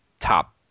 top